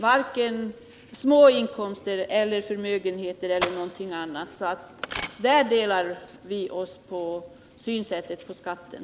Varken små inkomster, förmögenheter eller något annat skall delas upp på alla familjemedlemmarna. Där har vi olika synsätt på skatten.